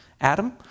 Adam